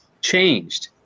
changed